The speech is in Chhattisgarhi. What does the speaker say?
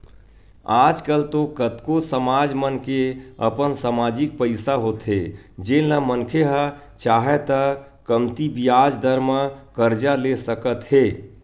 आज कल तो कतको समाज मन के अपन समाजिक पइसा होथे जेन ल मनखे ह चाहय त कमती बियाज दर म करजा ले सकत हे